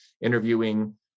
interviewing